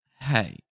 Hey